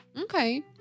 Okay